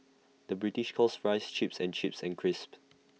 the British calls Fries Chips and chips and crisps